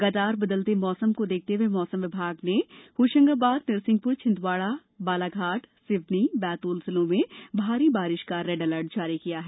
लगातार बदलते मौसम को देखते हुए मौसम विज्ञान विभाग ने होशंगाबाद नरसिंहपुर छिंदवाड़ा बालघाट सिवनी बैतूल जिलों में भारी बारिश का रेड अलर्ट जारी किया गया है